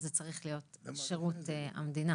אז זה צריך להיות שירות המדינה.